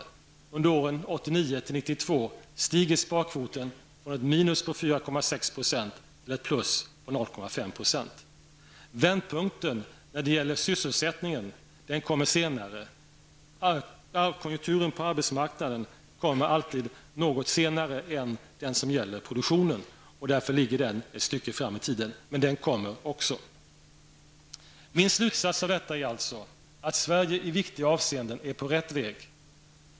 Under åren 1989--1992 stiger sparkvoten från ett minus på 4,6 % till ett plus på -- Vändpunkten när det gäller sysselsättningen kommer senare. Konjunkturen på arbetsmarknaden kommer alltid något senare än den som gäller produktionen. Därför ligger den ett stycke fram i tiden, men den kommer också. Min slutsats av detta är alltså att Sverige i viktiga avseenden är på rätt väg.